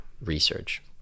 research